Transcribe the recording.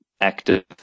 active